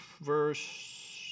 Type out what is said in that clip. verse